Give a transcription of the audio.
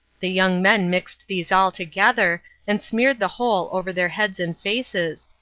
the young men mixed these all together, and smeared the whole over their heads and faces.